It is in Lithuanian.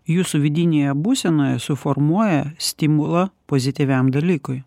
jūsų vidinėje būsenoje suformuoja stimulą pozityviam dalykui